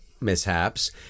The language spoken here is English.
mishaps